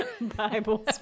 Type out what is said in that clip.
Bible